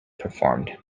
performed